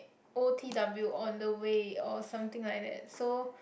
O_T_W on the way or something like that so